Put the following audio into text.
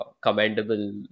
commendable